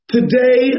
Today